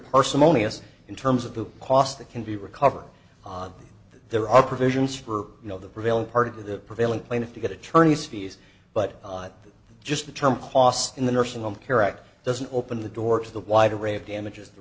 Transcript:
parsimonious in terms of the cost that can be recovered that there are provisions for you know the prevailing part of the prevailing plaintiff to get attorney's fees but just the term cost in the nursing home care act doesn't open the door to the wide array of damages the